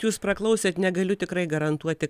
jūs praklausėt negaliu tikrai garantuoti